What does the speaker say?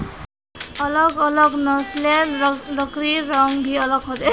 अलग अलग नस्लेर लकड़िर रंग भी अलग ह छे